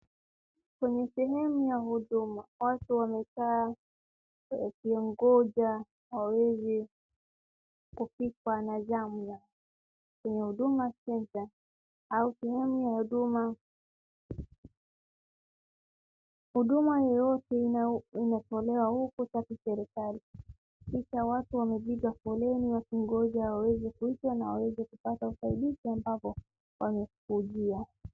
Kwenye sehemu ya huduma watu wamekaa wakiungoja waweze kupikwa na janga kwenye Huduma Center au sehemu ya huduma huduma yote inatolewa huku na serikali. Sasa watu wamepiga foleni wakiungoja waweze kuitwa na waweze kupata usaidizi ambapo wamekujia.